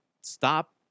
stop